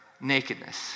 nakedness